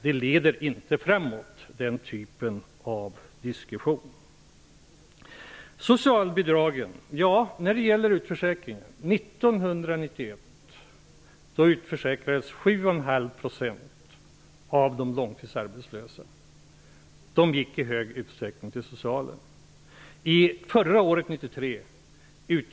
Den typen av diskussion leder inte framåt. De fick i hög utsträckning socialbidrag.